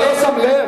אתה לא שם לב?